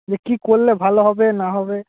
যে কী করলে ভালো হবে না হবে